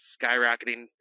skyrocketing